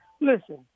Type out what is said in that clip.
Listen